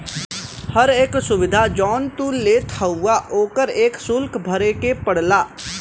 हर एक सुविधा जौन तू लेत हउवा ओकर एक सुल्क भरे के पड़ला